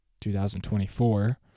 2024